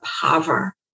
power